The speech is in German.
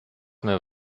mehr